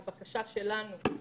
הבקשה שלנו,